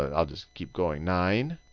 ah i'll just keep going. nine.